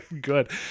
good